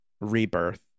rebirth